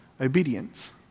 obedience